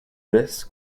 this